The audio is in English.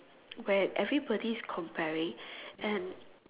where everybody's comparing and